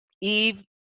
Eve